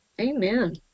Amen